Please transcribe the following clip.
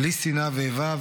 בלי שנאה ואיבה,